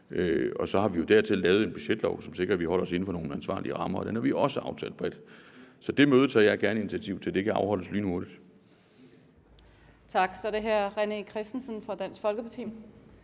Dertil har vi lavet en budgetlov, som sikrer, at vi holder os inden for nogle ansvarlige rammer, og den har vi også aftalt bredt. Så det møde tager jeg gerne initiativ til; det kan afholdes lynhurtigt. Kl. 16:58 Tredje næstformand (Camilla